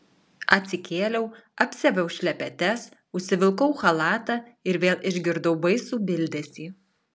atsikėliau apsiaviau šlepetes užsivilkau chalatą ir vėl išgirdau baisų bildesį